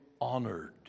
honored